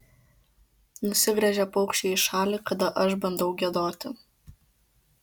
nusigręžia paukščiai į šalį kada aš bandau giedoti